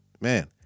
man